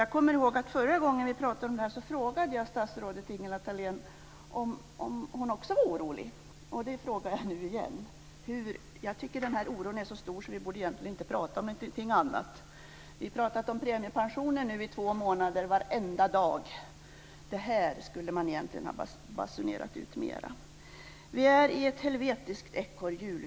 Jag kommer ihåg att jag förra gången vi pratade om det här frågade statsrådet Ingela Thalén om hon också var orolig. Det frågar jag nu igen. Jag tycker att den här oron är så stor att vi egentligen inte borde prata om någonting annat. Vi har nu pratat om premiepensionen varenda dag i två månader. Det här skulle man egentligen ha basunerat ut mera. Vi människor är i ett helvetiskt ekorrhjul.